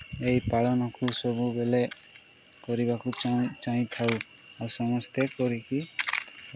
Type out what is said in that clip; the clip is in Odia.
ଏହି ପାଳନକୁ ସବୁବେଳେ କରିବାକୁ ଚାହୁଁ ଚାହିଁଥାଉ ଆଉ ସମସ୍ତେ କରିକି